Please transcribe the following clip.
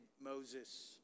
Moses